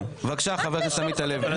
חבר הכנסת עמית הלוי.